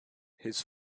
his